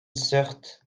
seurt